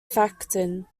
faction